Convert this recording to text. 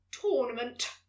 tournament